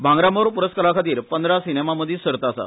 भांगरा मोर पुरस्काराखातीर पंदरा सिनेमांमदी सर्त आसा